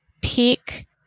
peak